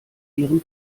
ihren